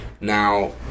Now